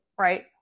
Right